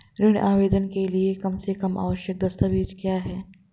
ऋण आवेदन के लिए कम से कम आवश्यक दस्तावेज़ क्या हैं?